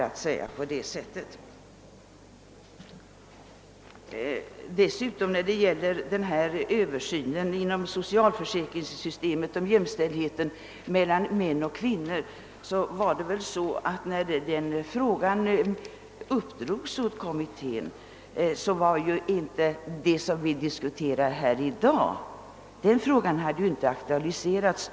Det tycker jag är direkt diskriminerande för kvinnorna. När denna översyn inom socialförsäkringssystemet beträffande jämställdhet mellan män och kvinnor uppdrogs åt bl.a. familjepolitiska kommittén hade ju den fråga vi i dag diskuterar inte aktualiserats.